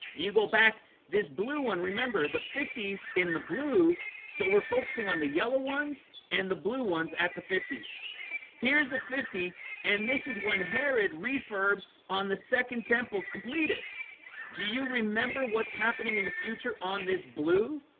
you go back this blue one. remember the fifty s in the blue so we're focusing on the yellow ones and the blue ones at the fifty s here's a fifty and this is when herod refurbed on the second temple completed do you remember what's happening in the future on this blue?